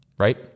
right